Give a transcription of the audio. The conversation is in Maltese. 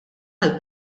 għall